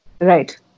Right